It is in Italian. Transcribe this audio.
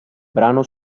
brano